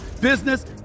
business